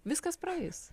viskas praeis